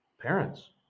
Parents